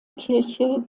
kirche